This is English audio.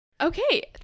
Okay